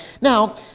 Now